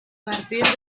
partir